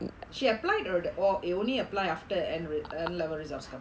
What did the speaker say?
she applied or you apply only after N level results come